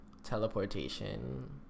Teleportation